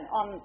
on